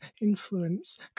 influence